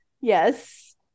Yes